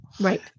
Right